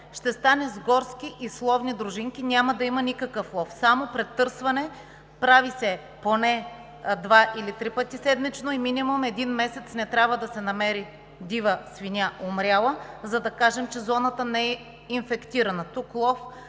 ще стане с горски и с ловни дружинки. Няма да има никакъв лов – само претърсване. Прави се поне два или три пъти седмично и минимум един месец не трябва да се намери умряла дива свиня, за да кажем, че зоната не е инфектирана.